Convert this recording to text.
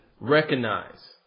recognize